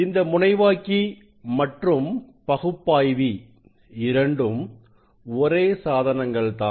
இந்த முனைவாக்கி மற்றும் பகுப்பாய்வி இரண்டும் ஒரே சாதனங்கள் தான்